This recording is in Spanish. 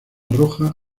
roja